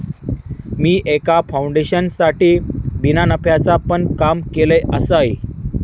मी एका फाउंडेशनसाठी बिना नफ्याचा पण काम केलय आसय